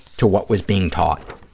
to what was being taught,